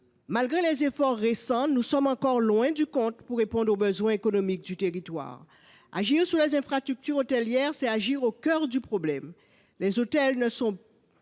Malgré les efforts récents, nous sommes encore loin du compte pour ce qui est de répondre aux besoins économiques du territoire. Agir sur les infrastructures hôtelières, c’est être au cœur du problème. Les hôtels sont